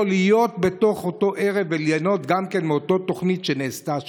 להיות בתוך אותו ערב וליהנות גם כן מאותה תוכנית שנעשתה שם.